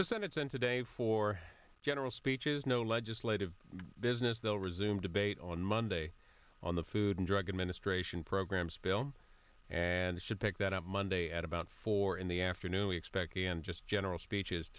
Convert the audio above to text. put today for general speech is no legislative business they'll resume debate on monday on the food and drug administration program and should pick that up monday at about four in the afternoon we expect and just general speeches